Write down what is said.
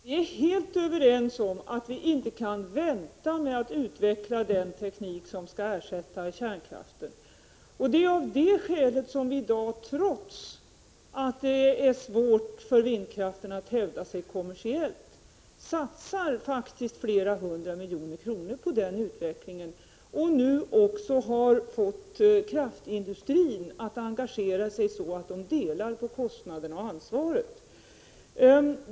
Fru talman! Vi är helt överens om att vi inte kan vänta med att utveckla den teknik som skall ersätta kärnkraften. Det är av det skälet som vi i dag, trots att det är svårt för vindkraften att hävda sig kommersiellt, faktiskt satsar flera hundra miljoner kronor på utveckling av vindkraften. Nu har vi också fått kraftindustrin att engagera sig, så att industrin är med om att dela kostnaderna och ansvaret.